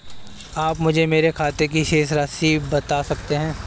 आप मुझे मेरे खाते की शेष राशि बता सकते हैं?